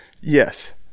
Yes